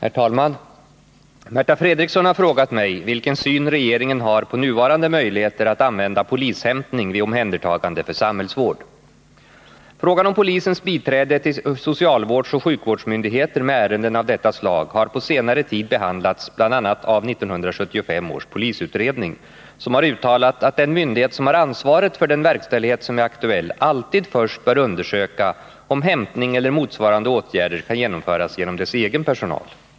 Herr talman! Märta Fredrikson har frågat mig vilken syn regeringen har på nuvarande möjligheter att använda polishämtning vid omhändertagande för samhällsvård. Frågan om polisens biträde till socialvårdsoch sjukvårdsmyndigheter med ärenden av detta slag har på senare tid behandlats bl.a. av 1975 års polisutredning, som har uttalat att den myndighet som har ansvaret för den verkställighet som är aktuell alltid först bör undersöka om hämtning eller motsvarande åtgärder kan genomföras genom dess egen personal.